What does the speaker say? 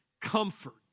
comfort